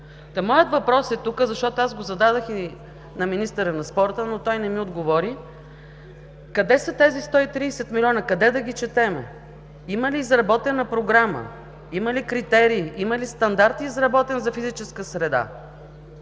моят въпрос е тук, защото го зададох и на министъра на спорта, но той не ми отговори, къде са тези 130 милиона, къде да ги четем? Има ли изработена програма, има ли критерии, има ли изработен стандарт за физическа среда?